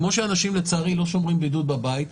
כמו שאנשים לצערי לא שומרים בידוד בבית,